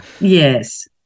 yes